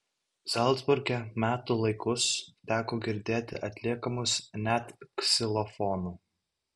zalcburge metų laikus teko girdėti atliekamus net ksilofono